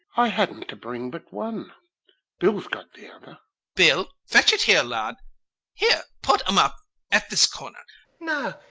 i hadn't to bring but one bill's got the other bill! fetch it here, lad here, put em up at this corner no,